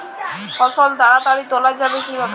ফসল তাড়াতাড়ি তোলা যাবে কিভাবে?